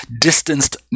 distanced